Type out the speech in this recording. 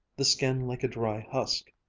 the skin like a dry husk.